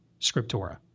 scriptura